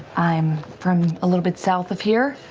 i'm from a little bit south of here.